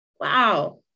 Wow